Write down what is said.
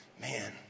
man